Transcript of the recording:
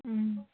ও